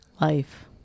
Life